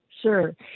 sure